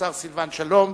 השר סילבן שלום.